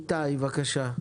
איתי בבקשה.